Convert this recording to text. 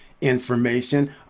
information